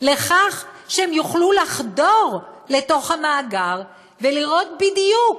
לכך שהם יוכלו לחדור לתוך המאגר ולראות בדיוק